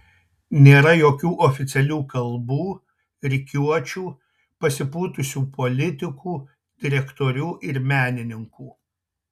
nėra jokių oficialių kalbų rikiuočių pasipūtusių politikų direktorių ir menininkų